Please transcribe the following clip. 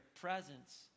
presence